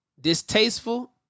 distasteful